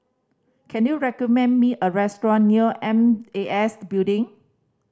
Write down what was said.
can you recommend me a restaurant near M A S Building